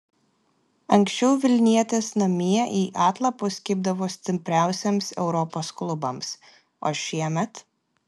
anksčiau vilnietės namie į atlapus kibdavo stipriausiems europos klubams o šiemet